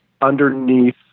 underneath